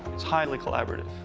it's highly collaborative,